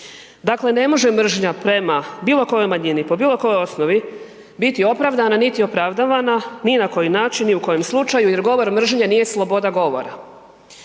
Dakle, ne može mržnja prema bilo kojoj manjini, po bilo kojoj osnovi biti opravdana, niti opravdavana ni na koji način, ni u kojem slučaju jer govor mržnje nije sloboda govora.